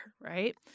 right